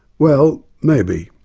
well, maybe,